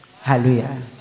Hallelujah